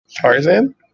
Tarzan